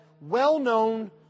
well-known